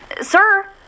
sir